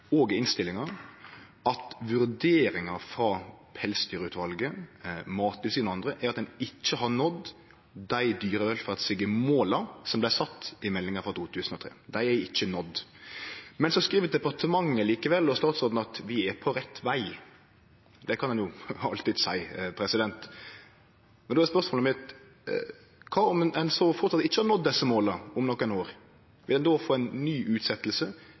og i innstillinga at vurderingar frå Pelsdyrutvalet, Mattilsynet og andre er at ein ikkje har nådd dei dyrevelferdsmåla som vart sette i meldinga frå 2003 – dei er ikkje nådde. Departementet og statsråden skriv likevel at vi er på rett veg. Det kan ein jo alltids seie. Men då er spørsmålet mitt: Kva om ein framleis ikkje har nådd desse måla om nokre år? Vil ein då få ei ny